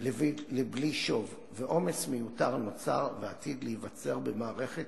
לבלי שוב, ועומס מיותר נוצר ועתיד להיווצר במערכת